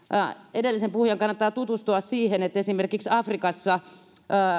edellisen puhujan kannattaa tutustua siihen että esimerkiksi afrikassa